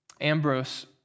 Ambrose